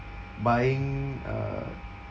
buying uh